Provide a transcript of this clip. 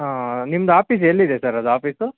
ಹಾಂ ನಿಮ್ದು ಆಪಿಸ್ ಎಲ್ಲಿದೆ ಸರ್ ಅದು ಆಫೀಸು